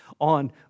on